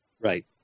Right